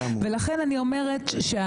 לכן אני אומרת,